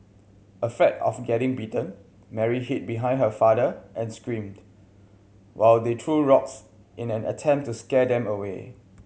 afraid of getting bitten Mary hid behind her father and screamed while they threw rocks in an attempt to scare them away